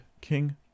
king